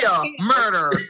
murder